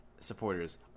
supporters